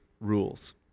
rules